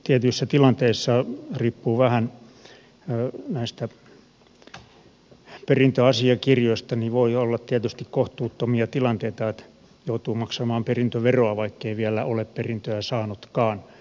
tietyissä tilanteissa riippuu vähän näistä perintöasiakirjoista voi olla tietysti kohtuuttomia tilanteita että joutuu maksamaan perintöveroa vaikkei vielä ole perintöä saanutkaan